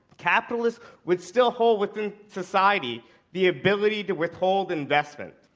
capitalists would still hold within society the ability to withhold investments.